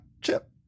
Chip